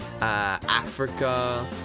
Africa